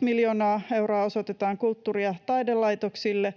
miljoonaa euroa osoitetaan kulttuuri- ja taidelaitoksille